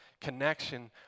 connection